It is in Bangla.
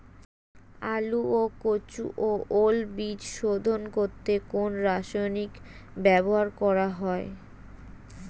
আলু ও কচু ও ওল বীজ শোধন করতে কোন রাসায়নিক ব্যবহার করা হয়?